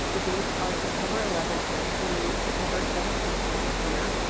the dates are september eleven through september seventeen of this year.